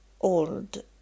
old